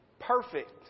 perfect